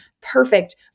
perfect